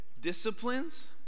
disciplines